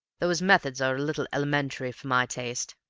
though his methods are a little elementary for my taste.